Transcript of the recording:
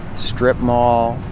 strip ma